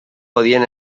podien